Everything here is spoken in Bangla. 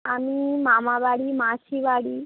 আমি মামাবাড়ি মাসিবাড়ি